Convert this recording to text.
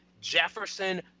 Jefferson